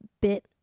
bit